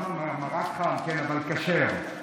מרק חם, כן, אבל כשר.